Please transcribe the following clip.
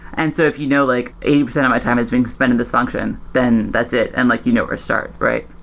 and so if you know like eighty percent of my time has been spent in this function, then that's it, and like you know where to start, right?